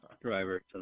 driver